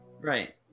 Right